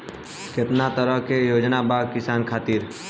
केतना तरह के योजना बा किसान खातिर?